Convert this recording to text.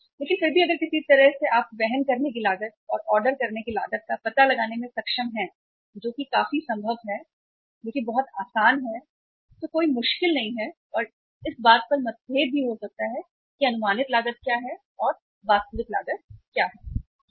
लेकिन फिर भी अगर किसी तरह से आप वहन करने की लागत और ऑर्डर करने की लागत का पता लगाने में सक्षम हैं जो कि काफी संभव है जो कि बहुत आसान है तो कोई मुश्किल नहीं है और इस बात पर मतभेद भी हो सकता है कि अनुमानित लागत क्या है और वास्तविक लागत क्या है मतभेद हो सकते हैं